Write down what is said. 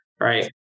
right